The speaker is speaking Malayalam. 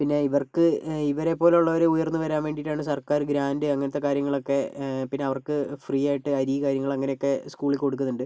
പിന്നെ ഇവർക്ക് ഇവരെപ്പോലുള്ളവർ ഉയർന്ന് വരാൻ വേണ്ടിയിട്ടാണ് സർക്കാർ ഗ്രാൻഡ് അങ്ങനത്തെ കാര്യങ്ങളൊക്കെ പിന്നെ അവർക്ക് ഫ്രീ ആയിട്ട് അരി കാര്യങ്ങളങ്ങനെയൊക്കെ സ്കൂളിൽ കൊടുക്കുന്നുണ്ട്